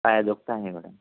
पाहया जोगतं आहे मॅडम